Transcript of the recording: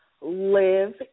live